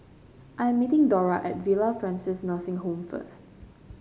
I am meeting Dora at Villa Francis Nursing Home first